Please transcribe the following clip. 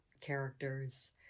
characters